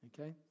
Okay